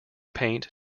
paint